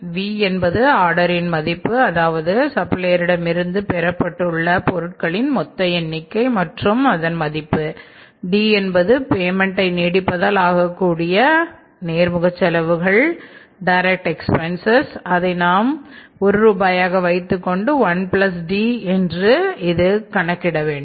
V என்பது ஆர்டரின் மதிப்பு அதாவது சப்ளையர் நீடிப்பதால் ஆகக்கூடிய நேர்முக செலவுகள் அதை நாம் 1 ரூபாயாக வைத்துக்கொண்டு 1D என்று இது கணக்கிட வேண்டும்